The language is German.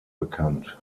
bekannt